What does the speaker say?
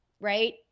right